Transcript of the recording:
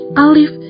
alif